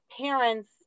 parents